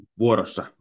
vuorossa